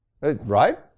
Right